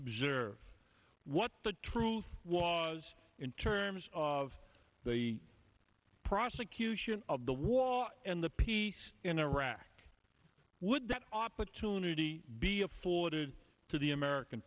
observe what the truth was in terms of the prosecution of the wall and the peace in iraq would opportunity be afforded to the american